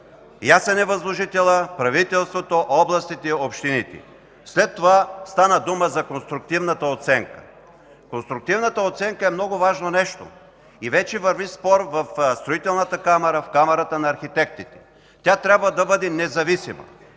Ясен е възложителят – правителството, областите, общините. Стана дума за конструктивната оценка. Конструктивната оценка е много важно нещо и вече върви спор в Строителната камара, в Камарата на архитектите. Тя трябва да бъде независима,